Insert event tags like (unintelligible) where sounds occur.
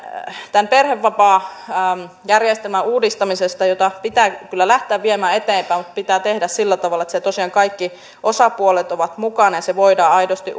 tämän perhevapaajärjestelmän uudistamisesta sitä pitää kyllä lähteä viemään eteenpäin mutta se pitää tehdä sillä tavalla että siinä tosiaan kaikki osapuolet ovat mukana ja se voidaan aidosti (unintelligible)